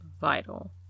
vital